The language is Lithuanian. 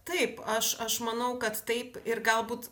taip aš aš manau kad taip ir galbūt